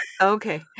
Okay